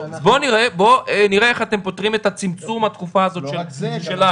בואו נראה איך אתם פותרים את צמצום התקופה לעיבוד